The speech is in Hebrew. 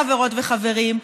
חברות וחברים,